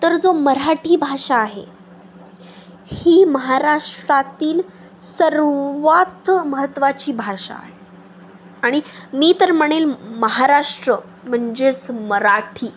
तर जो मराठी भाषा आहे ही महाराष्ट्रातील सर्वात महत्त्वाची भाषा आहे आणि मी तर म्हणेल महाराष्ट्र म्हणजेच मराठी